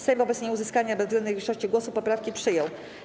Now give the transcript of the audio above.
Sejm wobec nieuzyskania bezwzględnej większości głosów poprawki przyjął.